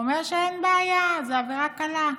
אומר שאין בעיה, זו עבירה קלה.